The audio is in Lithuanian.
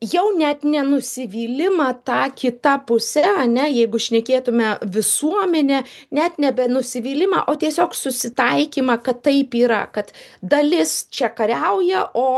jau net ne nusivylimą ta kita puse ane jeigu šnekėtumėme visuomenė net nebe nusivylimą o tiesiog susitaikymą kad taip yra kad dalis čia kariauja o